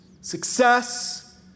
Success